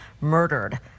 murdered